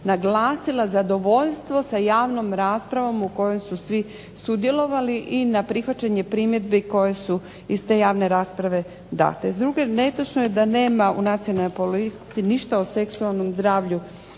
naglasila zadovoljstvo sa javnom raspravom u kojoj su svi sudjelovali i na prihvaćanje primjedbi koje su iz te javne rasprave date. S druge, netočno je da nema u nacionalnoj politici ništa o seksualnom zdravlju